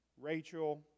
Rachel